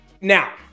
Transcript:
now